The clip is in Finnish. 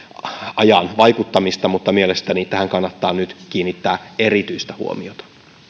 ajan vaikuttamista mutta mielestäni tähän kannattaa nyt kiinnittää erityistä huomiota